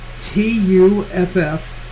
T-U-F-F